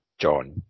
John